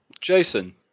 jason